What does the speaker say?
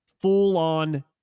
full-on